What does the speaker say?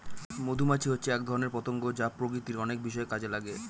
মধুমাছি হচ্ছে এক ধরনের পতঙ্গ যা প্রকৃতির অনেক বিষয়ে কাজে লাগে